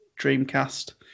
Dreamcast